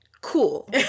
cool